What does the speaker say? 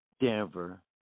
Denver